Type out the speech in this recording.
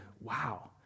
Wow